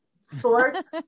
sports